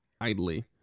idly